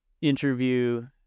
interview